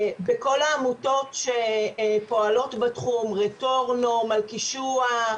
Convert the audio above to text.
וכל העמותות שפועלות בתחום, רטורנו, מלכישוע.